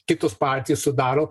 kitos partijos sudaro